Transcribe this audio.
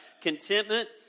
Contentment